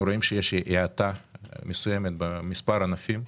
אנחנו רואים שיש האטה במספר ענפים,